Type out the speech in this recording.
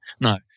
No